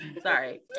Sorry